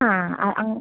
ആ ആ